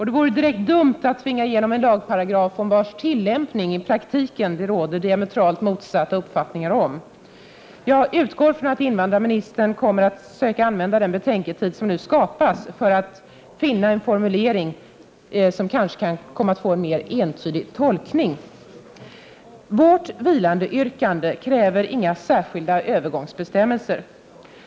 Det vore direkt dumt att tvinga igenom en lagparagraf om vars tillämpning i praktiken det råder så diametralt motsatta åsikter. Jag utgår från att invandrarministern kommer att använda den betänketid som nu skapas för att söka finna en formulering som kanske kan få en mer entydig tolkning. Vårt vilandeyrkande kräver inga särskilda övergångsbestämmelser.